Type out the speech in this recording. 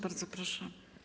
Bardzo proszę.